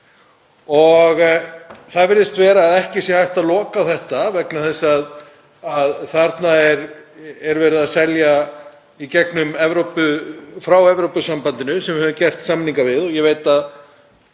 og það virðist vera að ekki sé hægt að loka á þetta vegna þess að þarna er verið að selja áfengi í gegnum Evrópu, lönd í Evrópusambandinu, sem við höfum gert samninga við, og ég veit að